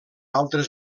altres